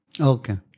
Okay